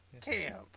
camp